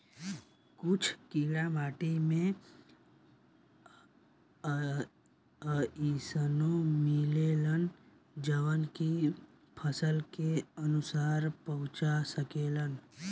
कुछ कीड़ा माटी में अइसनो मिलेलन जवन की फसल के नुकसान पहुँचा सकेले